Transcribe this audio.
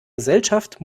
gesellschaft